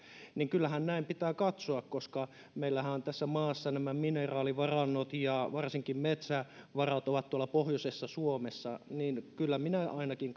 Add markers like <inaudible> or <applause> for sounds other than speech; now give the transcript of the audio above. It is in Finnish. niin kyllähän näin pitää katsoa koska meillähän tässä maassa nämä mineraalivarannot ja varsinkin metsävarat ovat tuolla pohjoisessa suomessa eli kyllä minä ainakin <unintelligible>